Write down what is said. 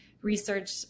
Research